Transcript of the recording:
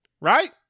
Right